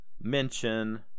mention